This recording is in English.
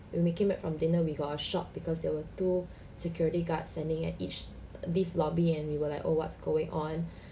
when we came back from dinner we got a shock because there were two security guards standing at each lift lobby and we were like oh what's going on